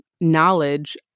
knowledge